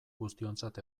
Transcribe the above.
guztiontzat